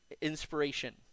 inspiration